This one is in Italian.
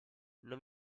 non